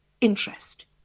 interest